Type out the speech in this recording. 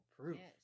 proof